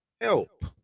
help